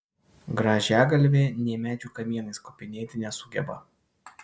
grąžiagalvė nė medžių kamienais kopinėti nesugeba